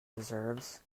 deserves